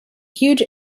huge